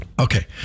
okay